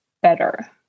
better